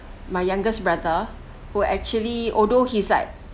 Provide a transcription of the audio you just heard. my youngest brother who actually although he's like